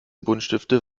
buntstifte